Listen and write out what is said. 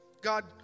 God